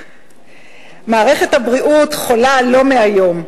מערכת הבריאות חולה לא מהיום,